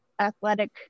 athletic